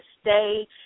stay